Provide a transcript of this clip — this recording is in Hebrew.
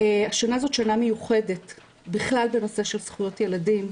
השנה זאת שנה מיוחדת בכלל בנושא של זכויות ילדים,